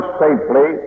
safely